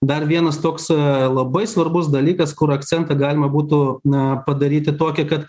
dar vienas toks labai svarbus dalykas kur akcentą galima būtų na padaryti tokį kad